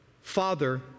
father